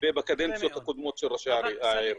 בקדנציות הקודמות של ראשי העיר.